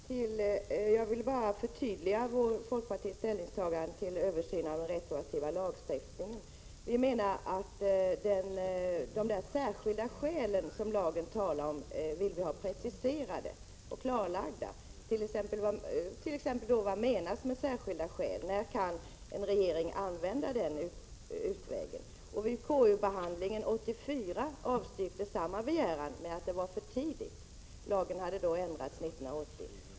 Herr talman! Jag vill bara förtydliga folkpartiets ställningstagande till frågan om översyn av den retroaktiva lagstiftningen. Vi vill ha de särskilda skäl som lagen talar om preciserade och klarlagda. Vad menas t.ex. med särskilda skäl? När kan en regering använda utvägen att hänvisa till särskilda skäl? Vid konstitutionsutskottets behandling av denna fråga 1984 avstyrktes samma begäran med att det var för tidigt — lagen hade då ändrats 1980.